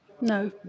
No